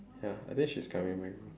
ya I think she's coming in my room